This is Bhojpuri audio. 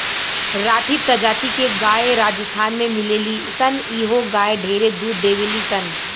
राठी प्रजाति के गाय राजस्थान में मिलेली सन इहो गाय ढेरे दूध देवेली सन